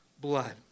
blood